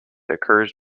occurs